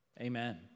Amen